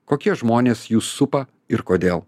kokie žmonės jus supa ir kodėl